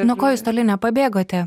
nuo ko jūs toli nepabėgote